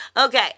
Okay